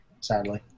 sadly